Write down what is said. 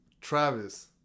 Travis